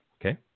Okay